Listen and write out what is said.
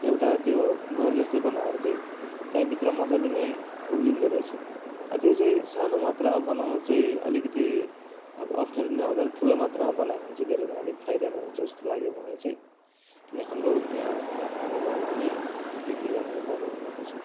एउटा त्यो घर जस्तै बनाएर चाहिँ त्यहाँ भित्र मजाले नै उब्जँदा रहेछ त्यो चाहिँ सानो मात्र बनाउनु चाहिँ अलिकति अब अप्ठ्यारो नै हो ठुलो मात्रमा बनायो भने चाहिँ धेरै नै अलिक फाइदा हुन्छ जस्तो लाग्यो मलाई चाहिँ किन हाम्रो यहाँ हाम्रो गाउँमा पनि एक दुइजनाले बनाउनु भएको छ